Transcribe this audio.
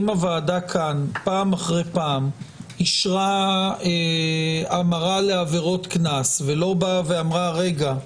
אם הוועדה כאן פעם אחרי פעם אישרה המרה לעבירות קנס ולא באה ואמרה: רגע,